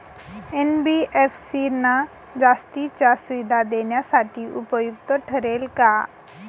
NBFC ना जास्तीच्या सुविधा देण्यासाठी उपयुक्त ठरेल का?